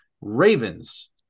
Ravens